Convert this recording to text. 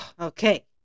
Okay